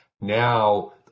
now